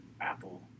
Apple